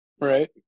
Right